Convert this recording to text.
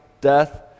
death